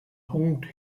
punkt